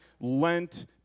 Lent